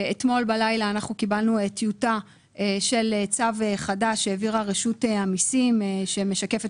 אתמול בלילה קיבלנו טיוטה של צו חדש שהעבירה רשות המיסים שמשקפת,